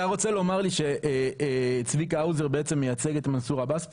אתה רוצה לומר לי שצביקה האוזר מייצג כאן בדיון את מנסור עבאס?